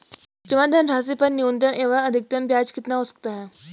जमा धनराशि पर न्यूनतम एवं अधिकतम ब्याज कितना हो सकता है?